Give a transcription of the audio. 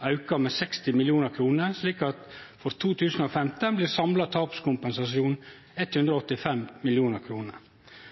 auka med 60 mill. kr, slik at for 2015 blir samla tapskompensasjon 185 mill. kr.